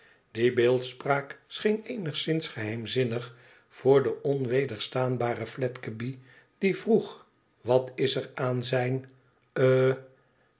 die beeldspraak scheen eenigszins geheimzinnig voor den onwederstaanbaren fiedgeby die vroeg wat is er aan zijn hé